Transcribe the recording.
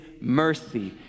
mercy